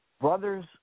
brothers